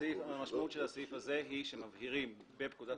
המשמעות של הסעיף הזה היא שמבהירים בפקודת